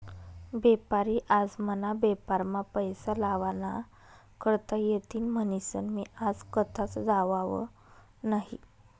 बेपारी आज मना बेपारमा पैसा लावा ना करता येतीन म्हनीसन मी आज कथाच जावाव नही